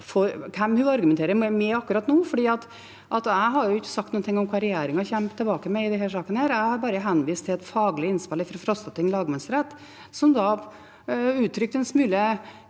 Holm Lønseth argumenterer mot akkurat nå, for jeg har ikke sagt noen ting om hva regjeringen kommer tilbake med i denne saken. Jeg har bare henvist til et faglig innspill fra Frostating lagmannsrett, som uttrykte en smule